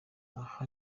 aha